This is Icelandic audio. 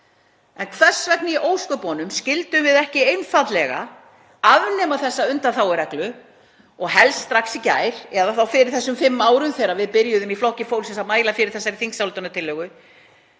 Hvers vegna í ósköpunum skyldum við ekki einfaldlega afnema þessa undanþágureglu og helst strax í gær eða fyrir þessum fimm árum þegar við byrjuðum í Flokki fólksins að mæla fyrir þessari þingsályktunartillögu?